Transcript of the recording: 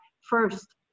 first